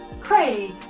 Craig